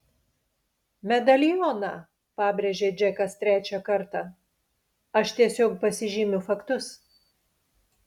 medalioną pabrėžė džekas trečią kartą aš tiesiog pasižymiu faktus